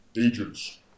agents